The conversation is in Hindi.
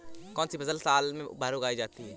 कौनसी फसल साल भर उगाई जा सकती है?